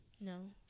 No